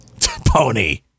Pony